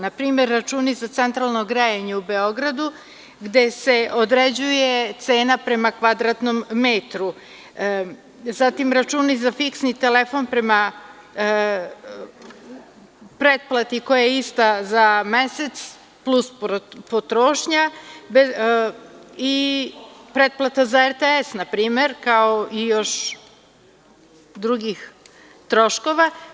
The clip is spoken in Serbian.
Na primer, računi za centralno grejanje u Beogradu gde se određuje cena prema kvadratnom metru, zatim računi za fiksni telefon prema pretplati koja je ista za mesec, plus potrošnja i pretplata za RTS npr, kao i još drugih troškova.